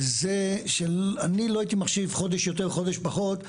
וזה שאני לא הייתי מחשיב חודש יותר חודש פחות,